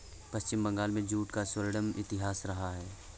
पश्चिम बंगाल में जूट का स्वर्णिम इतिहास रहा है